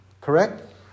Correct